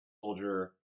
Soldier